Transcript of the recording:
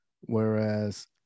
whereas